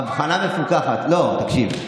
אבחנה מפוכחת, לא, תקשיב.